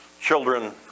Children